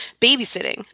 Babysitting